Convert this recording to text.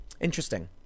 Interesting